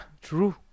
true